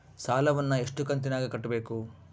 ಸಾಲವನ್ನ ಎಷ್ಟು ಕಂತಿನಾಗ ಕಟ್ಟಬೇಕು?